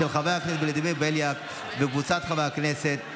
של חבר הכנסת ולדימיר בליאק וקבוצת חברי הכנסת.